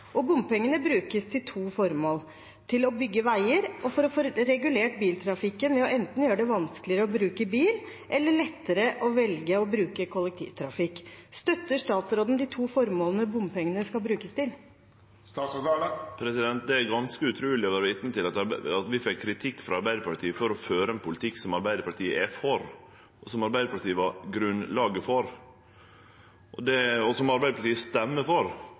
Bompengene brukes til to formål: bygge veier regulere biltrafikken ved enten å gjøre det vanskeligere å bruke bil eller å gjøre det lettere å velge å bruke kollektivtransport Støtter statsråden de to formålene bompengene skal brukes til? Det er ganske utruleg å vere vitne til at vi får kritikk frå Arbeidarpartiet for å føre ein politikk som Arbeidarpartiet er for, som Arbeidarpartiet la grunnlaget for, og som Arbeidarpartiet røyster for, ikkje berre i kommunestyra og